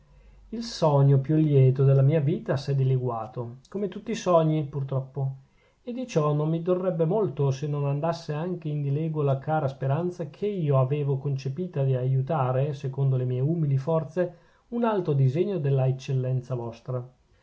il sogno più lieto della mia vita s'è dileguato come tutti i sogni pur troppo e di ciò non mi dorrebbe molto se non andasse anche in dileguo la cara speranza che io avevo concepita di aiutare secondo le mie umili forze un alto disegno della eccellenza vostra